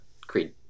Creed